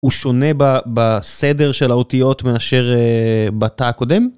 הוא שונה בסדר של האותיות מאשר בתא הקודם.